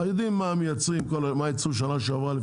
יודעים מה ייצרו בשנה שעברה,